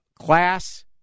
class